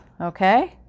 okay